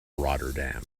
rotterdam